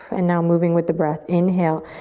and now moving with the breath. inhale,